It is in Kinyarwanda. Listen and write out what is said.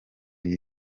iyi